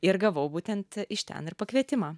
ir gavau būtent iš ten ir pakvietimą